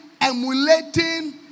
emulating